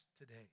today